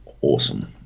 awesome